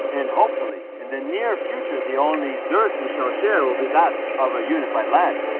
and hopefully in the near future the only dirt we shall share will be that of a unified land.